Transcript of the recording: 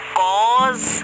cause